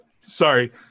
Sorry